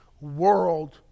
world